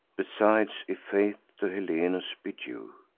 besides, if faith to helenus be due,